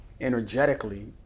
Energetically